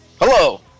Hello